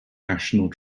national